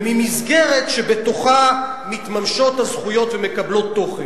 וממסגרת שבתוכה מתממשות הזכויות ומקבלות תוכן.